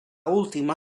última